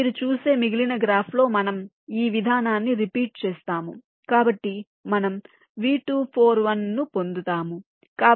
మీరు చూసే మిగిలిన గ్రాఫ్లో మనము ఈ విధానాన్ని రిపీట్ చేస్తాము కాబట్టి మనము V241 ను పొందుతాము